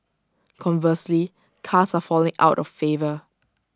conversely cars are falling out of favour